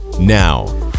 Now